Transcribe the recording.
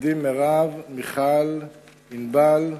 הילדים מירב, מיכל, ענבל,